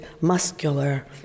muscular